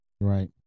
Right